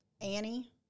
Annie